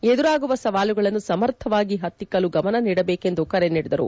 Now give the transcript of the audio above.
ಎದುರಾಗುವ ಸವಾಲುಗಳನ್ನು ಸಮರ್ಥವಾಗಿ ಪತ್ತಿಕಲು ಗಮನ ನೀಡಬೇಕು ಎಂದು ಕರೆ ನೀಡಿದರು